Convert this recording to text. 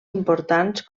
importants